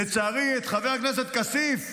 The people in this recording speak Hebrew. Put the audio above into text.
לצערי חבר הכנסת כסיף,